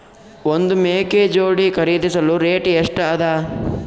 ಒಂದ್ ಮೇಕೆ ಜೋಡಿ ಖರಿದಿಸಲು ರೇಟ್ ಎಷ್ಟ ಅದ?